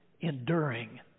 enduring